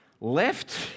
left